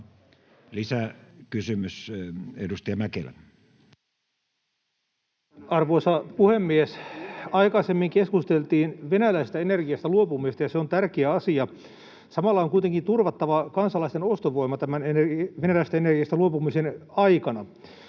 kesk) Time: 16:57 Content: Arvoisa puhemies! Aikaisemmin keskusteltiin venäläisestä energiasta luopumisesta, ja se on tärkeä asia. Samalla on kuitenkin turvattava kansalaisten ostovoima tämän venäläisestä energiasta luopumisen aikana.